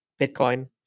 Bitcoin